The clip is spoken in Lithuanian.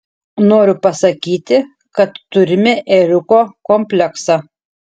noriu pasakyti kad turime ėriuko kompleksą